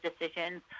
decisions